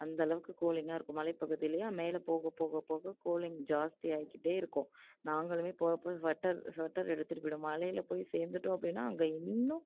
அந்த அளவுக்கு கூலிங்காக இருக்கும் மலைப்பகுதி இல்லையா மேலே போக போக போக கூலிங் ஜாஸ்தியாகிக்கிட்டே இருக்கும் நாங்களுமே போகிறப்ப வட்டர் ஸ்வெட்டர் எடுத்துட்டு போயிடுவோம் மலையில் போய் சேர்ந்துட்டோம் அப்படின்னா அங்கே இன்னும்